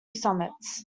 summits